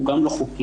הוא גם לא חוקי,